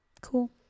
Cool